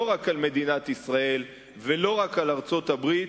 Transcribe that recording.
רק על מדינת ישראל ולא רק על ארצות-הברית,